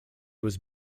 was